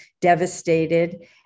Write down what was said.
devastated